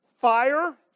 fire